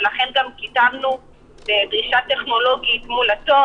ולכן גם כיתבנו בדרישה טכנולוגית מול- --,